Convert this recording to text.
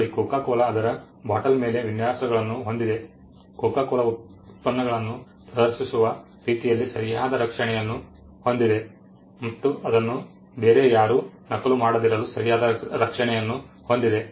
ನೋಡಿ Coca Cola ಅದರ bottle ಮೇಲೆ ವಿನ್ಯಾಸಗಳನ್ನು ಹೊಂದಿದೆ ಕೊಕೊ ಕೋಲಾ ಉತ್ಪನ್ನಗಳನ್ನು ಪ್ರದರ್ಶಿಸುವ ರೀತಿಯಲ್ಲಿ ಸರಿಯಾದ ರಕ್ಷಣೆಯನ್ನು ಹೊಂದಿದೆ ಮತ್ತು ಅದನ್ನು ಬೇರೆ ಯಾರು ನಕಲು ಮಾಡದಿರಲು ಸರಿಯಾದ ರಕ್ಷಣೆಯನ್ನು ಹೊಂದಿದೆ